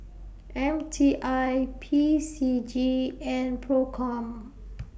M T I P C G and PROCOM